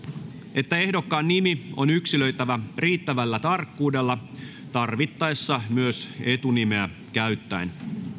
että ehdokkaan nimi on yksilöitävä riittävällä tarkkuudella tarvittaessa myös etunimeä käyttäen